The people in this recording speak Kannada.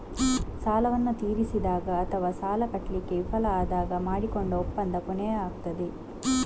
ಸಾಲವನ್ನ ತೀರಿಸಿದಾಗ ಅಥವಾ ಸಾಲ ಕಟ್ಲಿಕ್ಕೆ ವಿಫಲ ಆದಾಗ ಮಾಡಿಕೊಂಡ ಒಪ್ಪಂದ ಕೊನೆಯಾಗ್ತದೆ